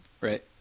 Right